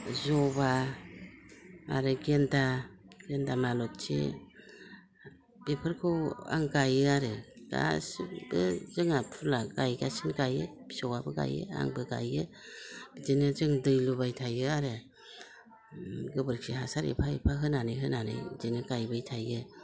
जबा आरो गेन्दा गेन्दामाल'थि बेफोरखौ आं गायो आरो गासैबो जोंहा फुला गायगासिनो गायो फिसौआबो गायो आंबो गायो बिदिनो जों दै लुबाय थायो आरो गोबोरखि हासार एफा एफा होनानै होनानै बिदिनो गायबाय थायो